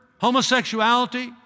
homosexuality